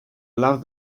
love